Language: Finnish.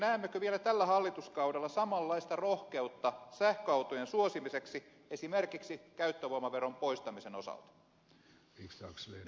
näemmekö vielä tällä hallituskaudella samanlaista rohkeutta sähköautojen suosimiseksi esimerkiksi käyttövoimaveron poistamisen osalta